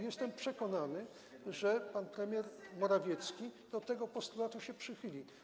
Jestem przekonany, że pan premier Morawiecki do tego postulatu się przychyli.